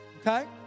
okay